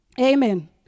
amen